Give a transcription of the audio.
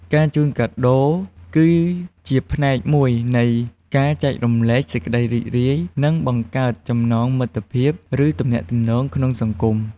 ការជូនកាដូ គឺជាផ្នែកមួយនៃការចែករំលែកសេចក្តីរីករាយ និងបង្កើតចំណងមិត្តភាព ឬទំនាក់ទំនងក្នុងសង្គម។